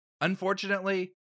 Unfortunately